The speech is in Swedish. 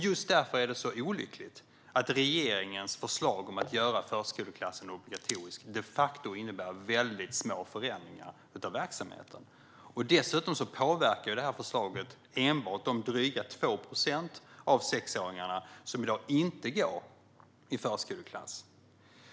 Just därför är det så olyckligt att regeringens förslag om att göra förskoleklassen obligatorisk de facto innebär väldigt små förändringar av verksamheten. Dessutom påverkar förslaget enbart de dryga 2 procent av sexåringarna som i dag inte går i förskoleklass.